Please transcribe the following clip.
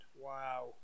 Wow